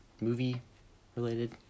movie-related